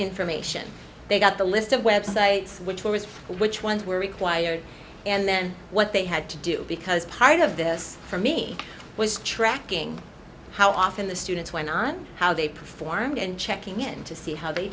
information they got the list of websites which ones were required and then what they had to do because part of this for me was tracking how often the students went on how they performed and checking in to see how they